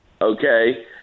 Okay